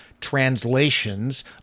translations